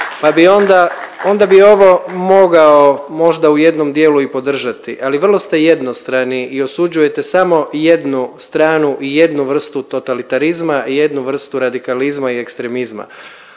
onda, onda bi ovo mogao možda u jednom dijelu i podržati, ali vrlo ste jednostrani i osuđujete samo jednu stranu i jednu vrstu totalitarizma i jednu vrstu radikalizma i ekstremizma.